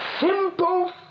simple